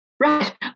Right